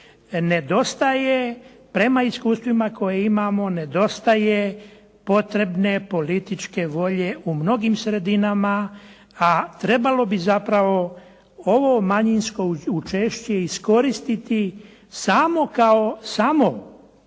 Nedostaje prema iskustvima koje imamo, nedostaje potrebne političke volje u mnogim sredinama, a trebalo bi zapravo ovo manjinsko učešće iskoristiti samo kao, samo,